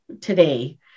today